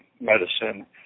medicine